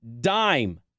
dime